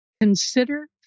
Consider